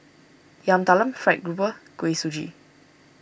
Yam Talam Fried Grouper Kuih Suji